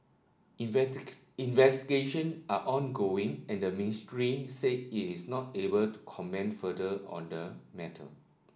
investigation are ongoing and the ministry said it is not able to comment further on the matter